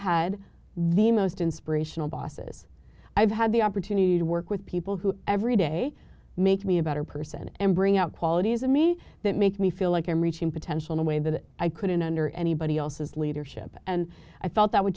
had the most inspirational bosses i've had the opportunity to work with people who every day make me a better person and bring out qualities in me that make me feel like i'm reaching potential in a way that i couldn't under anybody else's leadership and i felt that with